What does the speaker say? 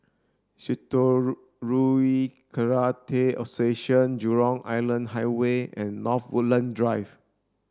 Karate Association Jurong Island Highway and North Woodland Drive